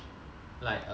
like err